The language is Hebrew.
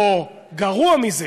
או גרוע מזה,